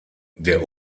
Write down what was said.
der